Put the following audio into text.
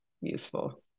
useful